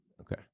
Okay